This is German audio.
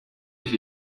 ich